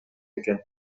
экен